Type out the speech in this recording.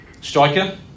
Striker